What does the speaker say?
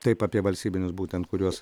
taip apie valstybinius būtent kuriuos